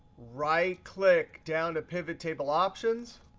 right click down to pivot table options.